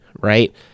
right